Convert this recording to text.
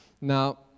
Now